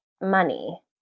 money